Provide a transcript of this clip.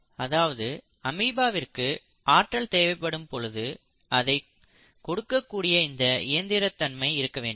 அதாவது அமீபாவிற்கு ஆற்றல் தேவைப்படும் பொழுது அதை கொடுக்க கூடிய இந்த இயந்திரத் தன்மை இருக்க வேண்டும்